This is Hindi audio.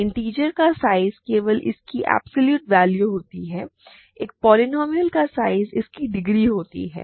इन्टिजर का साइज केवल इसकी एब्सोल्यूट वैल्यू होती है एक पोलीनोमिअल का साइज इसकी डिग्री है